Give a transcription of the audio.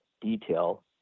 detail